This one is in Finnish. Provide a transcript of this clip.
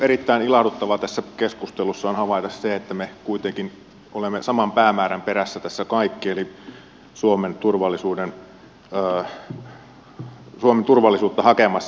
erittäin ilahduttavaa tässä keskustelussa on havaita se että me kuitenkin olemme saman päämäärän perässä kaikki eli suomen turvallisuutta hakemassa